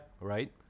right